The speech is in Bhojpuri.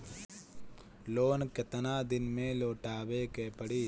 लोन केतना दिन में लौटावे के पड़ी?